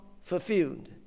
fulfilled